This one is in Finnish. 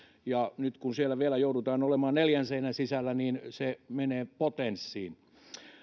voimistuu ja nyt kun siellä vielä joudutaan olemaan neljän seinän sisällä se menee potenssiin